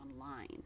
online